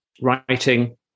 writing